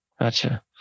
Gotcha